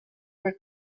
were